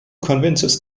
convinces